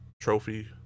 trophy